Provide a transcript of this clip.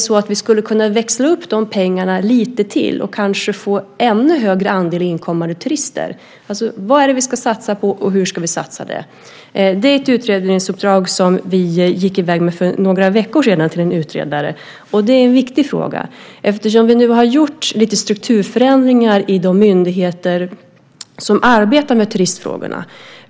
Skulle vi kunna växla upp marknadsföringspengarna och kanske få en större andel inkommande turister? Alltså: Vad är det vi ska satsa på, och hur ska vi göra det? Det är ett utredningsuppdrag som vi lämnade till en utredare för några veckor sedan. Det är en viktig fråga, eftersom vi nu har gjort lite strukturförändringar i de myndigheter som arbetat med turistfrågorna.